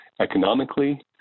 economically